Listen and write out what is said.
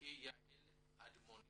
היא יעל אדמוני